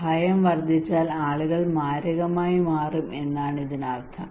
ഭയം വർധിച്ചാൽ ആളുകൾ മാരകമായി മാറും എന്നാണ് ഇതിനർത്ഥം